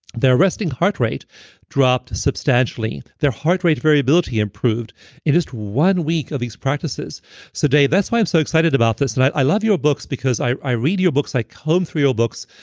their resting heart rate dropped substantially. their heart rate variability improved in just one week of these practices so, dave, that's why i'm so excited about this, and i i love your books because i i read your books. i comb through your books.